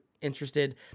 interested